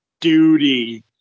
duty